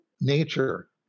nature